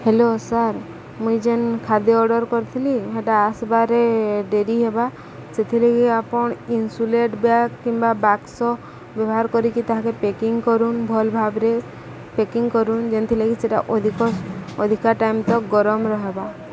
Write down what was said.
hello sir ମୁଇଁ ଯେନ୍ ଖାଦ୍ୟ ଅର୍ଡ଼ର କରିଥିଲି ହେଟା ଆସବାରେ ଡେରି ହେବା ସେଥିଲାଗି ଆପଣ ଇନ୍ସୁଲେଟ୍ ବ୍ୟାଗ୍ କିମ୍ବା ବାକ୍ସ ବ୍ୟବହାର କରିକି ତାହାକେ ପ୍ୟାକିଂ କରୁନ୍ ଭଲ୍ ଭାବରେ ପେକିଂ କରୁନ୍ ଯେମ୍ତିର ଲାଗି ସେଟା ଅଧିକ ଅଧିକା ଟାଇମ ତକ୍ ଗରମ ରହିବା